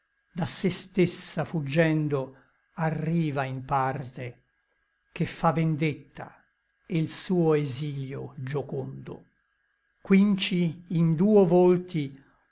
da se stessa fuggendo arriva in parte che fa vendetta e l suo exilio giocondo quinci in duo volti